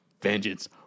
vengeance